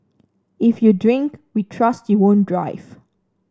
if you drink we trust you won't drive